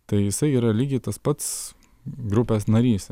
tai jisai yra lygiai tas pats grupės narys